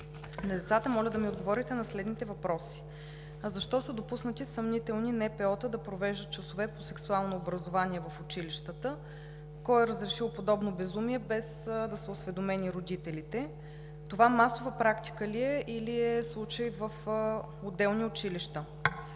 децата моля да ми отговорите на следните въпроси: защо са допуснати съмнителни НПО-та да провеждат часове по сексуално образование в училищата? Кой е разрешил подобно безумие, без да са осведомени родителите? Това масова практика ли е, или е случай в отделни училища?